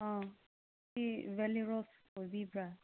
ꯑꯥ ꯁꯤ ꯕꯦꯂꯤ ꯔꯣꯁ ꯑꯣꯏꯕꯤꯕ꯭ꯔꯥ